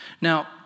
Now